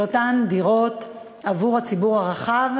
אותן דירות להשכרה עבור הציבור הרחב.